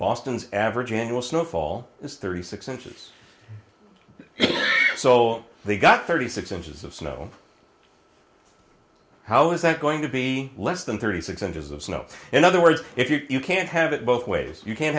boston's average annual snow fall is thirty six inches so they got thirty six inches of snow how is that going to be less than thirty six inches of snow in other words if you can't have it both ways you can't